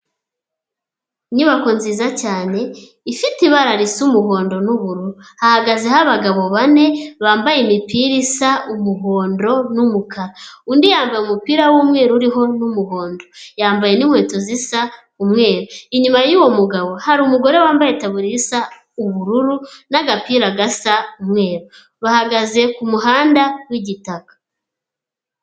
Inyubako nziza cyane ifite ibara risa umuhondo n'ubururu, hahagazeho abagabo bane bambaye imipira isa umuhondo n'umukara, undi yambaye umupira w'umweru uriho n'umuhondo, yambaye n'inkweto zisa umweru, inyuma yuwo mugabo hari umugore wambaye itaburiya isa ubururu n'agapira gasa umweru, bahagaze ku muhanda w'igitaka.